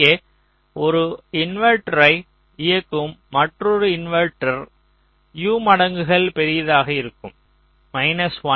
இங்கே ஒவ்வொரு இன்வெர்ட்டரை இயக்கும் மற்றொரு இன்வெர்ட்டர் U மடங்குகள் பெரியதாக இருக்கும் 1 x U x U2